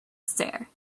stare